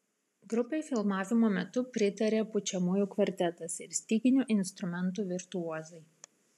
grupei filmavimo metu pritarė pučiamųjų kvartetas ir styginių instrumentų virtuozai